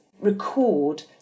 record